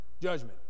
Judgment